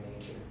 nature